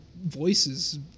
voices